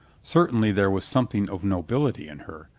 certainly there was something of nobility in her,